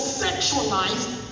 sexualized